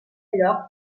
lloc